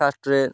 କାଷ୍ଟରେ